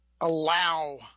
allow